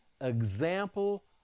example